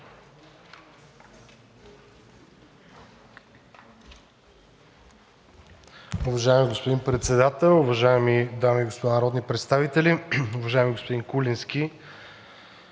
Уважаеми господин Председателстващ, уважаеми дами и господа народни представители! Уважаеми господин Христов,